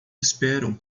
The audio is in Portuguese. esperam